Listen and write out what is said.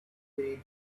paid